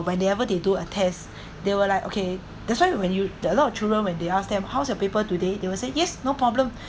whenever they do a test they were like okay that's why when you there are lot of children when they ask them how's your paper today they will say yes no problem